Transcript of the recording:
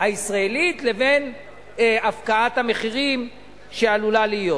הישראלית לבין הפקעת המחירים שעלולה להיות.